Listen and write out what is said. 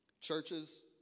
churches